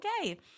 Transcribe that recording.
okay